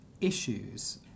issues